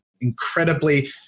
incredibly